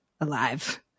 alive